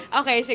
okay